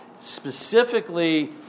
specifically